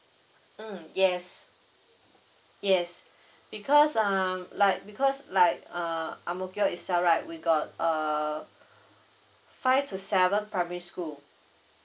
mm yes yes because um like because like err ang mo kio itself right we got err five to seven primary school